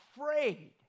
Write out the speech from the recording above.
afraid